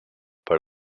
per